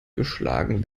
geschlagen